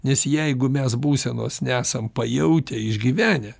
nes jeigu mes būsenos nesam pajautę išgyvenę